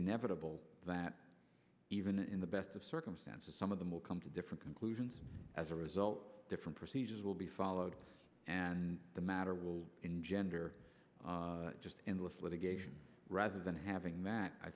inevitable that even in the best of circumstances some of them will come to different conclusions as a result different procedures will be followed and the matter will engender just endless litigation rather than having matt i